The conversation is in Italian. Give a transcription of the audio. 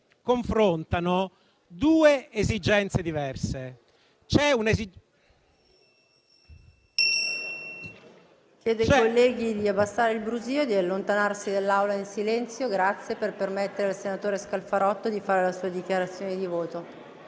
confrontano due esigenze diverse.